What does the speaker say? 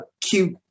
cute